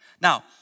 Now